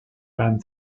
ran